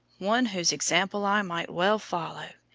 one whose example i might well follow.